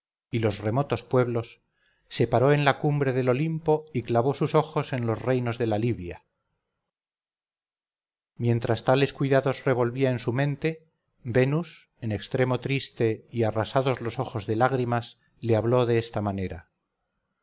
y los remotos pueblos se paró en la cumbre del olimpo y clavó sus ojos en los reinos de la libia mientras tales cuidados revolvía en su mente venus en extremo triste y arrasados los ojos de lágrimas le habló de esta manera